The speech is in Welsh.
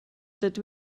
dydw